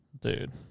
Dude